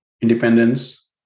independence